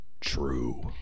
true